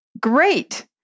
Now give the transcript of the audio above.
Great